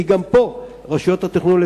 כי גם פה רשויות התכנון,